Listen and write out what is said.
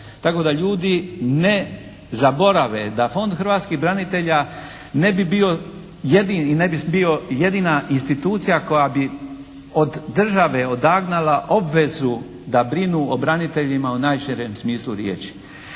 Tako da ljudi ne zaborave da Fond hrvatskih branitelja ne bi bio jedini, ne bi bio jedina institucija koja bi od države odagnala obvezu da brinu o branitelja u najširem smislu riječi.